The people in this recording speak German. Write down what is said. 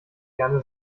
gerne